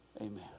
Amen